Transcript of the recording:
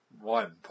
One